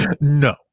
no